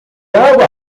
água